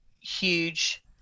huge